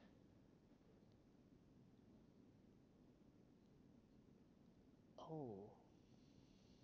oh